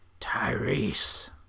Tyrese